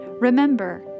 remember